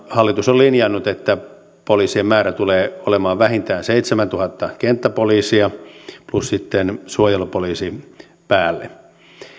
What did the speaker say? hallitus on linjannut että poliisien määrä tulee olemaan vähintään seitsemäntuhatta kenttäpoliisia plus sitten suojelupoliisi päälle